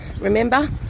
Remember